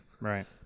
right